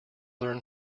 learn